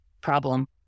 problem